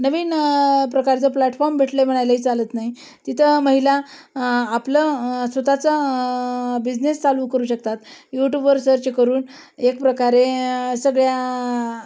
नवीन प्रकारचं प्लॅटफॉर्म भेटलं म्हणायला चालत नाही तिथं महिला आपलं स्वतःचं बिझनेस चालू करू शकतात यूटूबवर सर्च करून एक प्रकारे सगळ्या